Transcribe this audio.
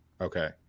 okay